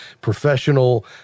professional